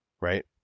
right